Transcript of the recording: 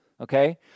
Okay